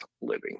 living